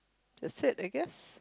that's it I guess